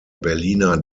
berliner